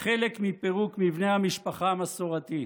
כחלק מפירוק מבנה המשפחה המסורתי,